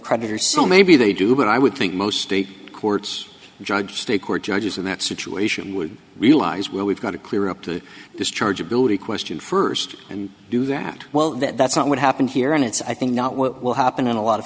creditor so maybe they do but i would think most state courts judge state court judges in that situation would realize where we've got to clear up the discharge ability question first and do that well that's not what happened here and it's i think not what will happen in a lot of